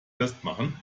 festmachen